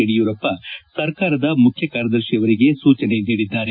ಯಡಿಯೂರಪ್ಪ ಸರ್ಕಾರದ ಮುಖ್ಯ ಕಾರ್ಯದರ್ಶಿಯವರಿಗೆ ಸೂಜನೆ ನೀಡಿದ್ದಾರೆ